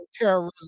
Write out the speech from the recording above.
terrorism